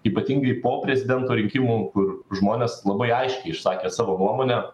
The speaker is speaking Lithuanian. ypatingai po prezidento rinkimų kur žmonės labai aiškiai išsakė savo nuomonę